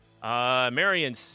Marion